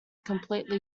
completely